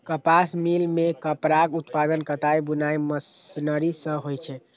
कपास मिल मे कपड़ाक उत्पादन कताइ बुनाइ मशीनरी सं होइ छै